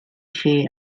chi